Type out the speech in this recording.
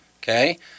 Okay